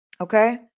Okay